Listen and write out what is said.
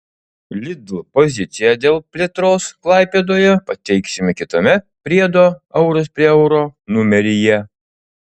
lidl poziciją dėl plėtros klaipėdoje pateiksime kitame priedo euras prie euro numeryje